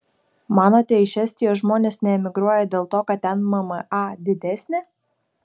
manote iš estijos žmonės neemigruoja dėl to kad ten mma didesnė